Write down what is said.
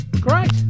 Great